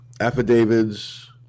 affidavits